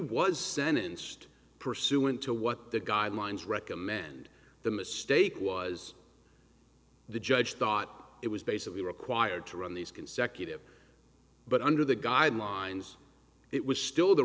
was sentenced pursuant to what the guidelines recommend the mistake was the judge thought it was basically required to run these consecutive but under the guidelines it was still the